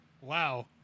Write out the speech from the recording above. Wow